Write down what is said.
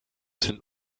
sind